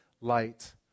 light